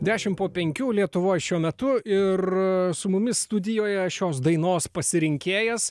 dešim po penkių lietuvoj šiuo metu ir su mumis studijoje šios dainos pasirinkėjas